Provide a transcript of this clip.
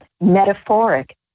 metaphoric